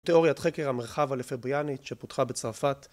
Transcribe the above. תיאוריית חקר המרחב הלפבריאנית שפותחה בצרפת